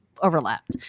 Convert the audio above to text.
overlapped